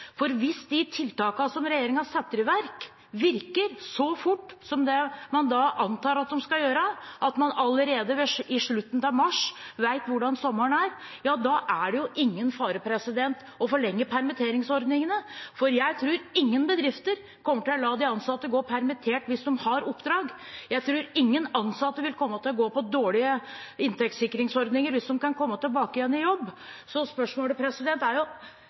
Hvis de tiltakene som regjeringen setter i verk, virker så fort som man antar at de skal gjøre, at man allerede i slutten av mars vet hvordan sommeren er, er det ingen fare ved å forlenge permitteringsordningene. Jeg tror ingen bedrifter kommer til å la de ansatte gå permittert hvis de har oppdrag. Jeg tror ingen ansatte vil komme til å gå på dårlige inntektssikringsordninger hvis de kan komme tilbake igjen i jobb. Så spørsmålet er: Hvorfor tror regjeringen – det må jo